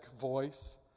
voice